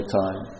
time